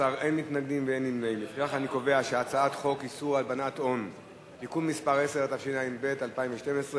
חוק איסור הלבנת הון (תיקון מס' 10), התשע"ב 2012,